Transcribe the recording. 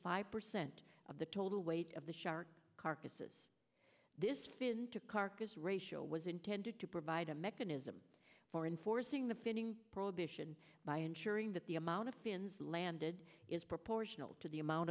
five percent of the total weight of the shark carcasses this fit into carcass ratio was intended to provide a mechanism for enforcing the fitting prohibition by ensuring that the amount of thins landed is proportional to the amount